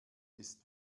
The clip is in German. ist